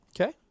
Okay